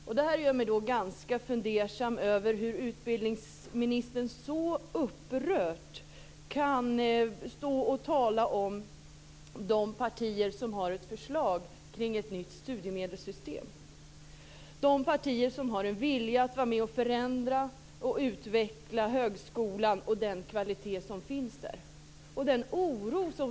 Då gör det mig ganska fundersam att utbildningsministern så upprört kan stå och tala om de partier som har förslag kring ett nytt studiemedelssystem, de partier som har en vilja att vara med att förändra och utveckla högskolan och den kvalitet som finns där.